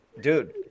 dude